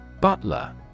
Butler